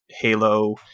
Halo